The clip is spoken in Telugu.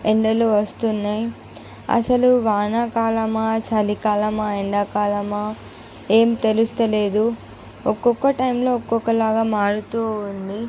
ఎండలు వస్తున్నాయి అసలు వాన కాలమా చలి కాలమా ఎండా కాలమా ఏమి తెలుస్తలేదు ఒక్కొక టైంలో ఒక్కొక్క లాగ మారుతూ ఉంది